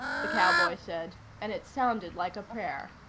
the cowboy said, and it sounded like a prayer.